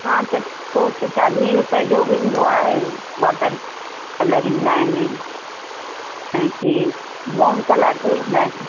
हा त पोइ त चालीह रुपए जो बि ईंदो आहे वॉटर कलर ईंदा आहिनि ऐं कंहिं मोम कलर बि ईंदा आहिनि